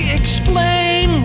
explain